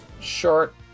short